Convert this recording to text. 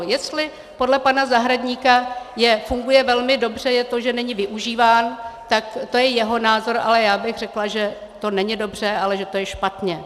Jestli podle pana Zahradníka je, funguje velmi dobře, je to, že není využíván, tak to je jeho názor, ale já bych řekla, že to není dobře, ale že to je špatně.